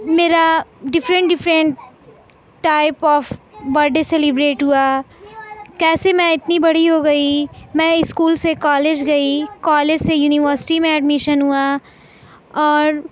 میرا different different type of birthday celebrate ہوا کیسے میں اتنی بڑی ہو گئی میں اسکول سے کالج گئی کالج سے یونیورسٹی میں ایڈمیشن ہوا اور